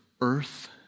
earth